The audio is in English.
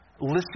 listen